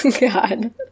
God